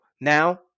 Now